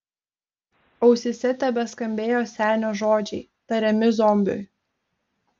ausyse tebeskambėjo senio žodžiai tariami zombiui